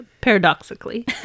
Paradoxically